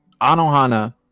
Anohana